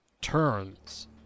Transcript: turns